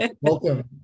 Welcome